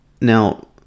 Now